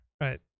right